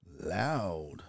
loud